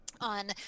on